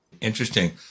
interesting